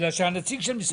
מיכאל שפיצר, בקשה.